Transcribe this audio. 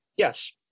Yes